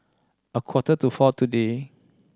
a quarter to four today